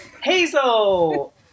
Hazel